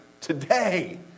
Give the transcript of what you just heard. today